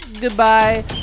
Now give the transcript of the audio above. Goodbye